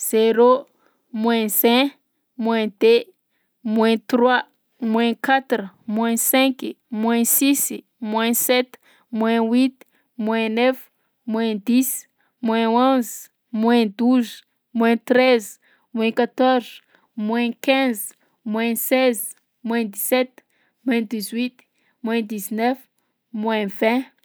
Zéro, moins un, moins deux, moins trois, moins quatre, moins cinq, moins six, moins sept, moins huit, moins neuf, moins dix, moins onze, moins douze, moins treize, moins quatorze, moins quinze, moins seize, moins dix sept, moins dix huit, moins dix neuf, moins vingt.